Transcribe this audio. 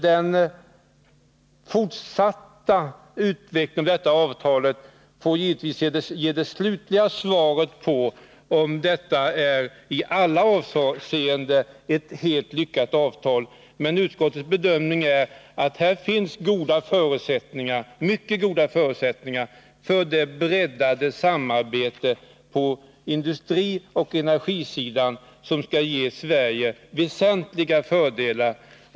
Den fortsatta utvecklingen får givetvis ge det slutliga svaret på om detta är ett i alla avseenden helt lyckat avtal. Men utskottets bedömning är att det finns mycket goda förutsättningar för det breddade samarbete på industrioch energisidan som skall ge Sverige väsentliga fördelar.